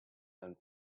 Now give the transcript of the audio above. and